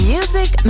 Music